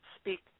speak